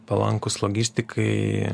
palankūs logistikai